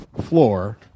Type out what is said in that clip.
floor